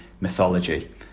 mythology